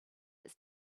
its